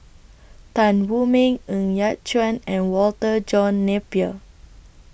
Tan Wu Meng Ng Yat Chuan and Walter John Napier